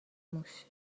موش